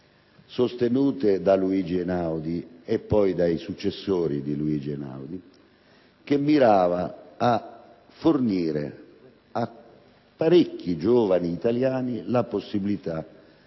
sostenute da Luigi Einaudi e poi dai suoi successori, che mirava a fornire a parecchi giovani italiani la possibilità